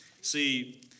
See